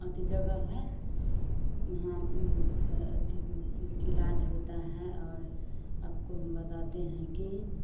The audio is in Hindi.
अच्छी जगह है वहाँ इलाज होता है और आपको हम बताते हैं कि